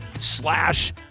slash